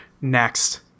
Next